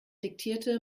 diktierte